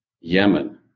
Yemen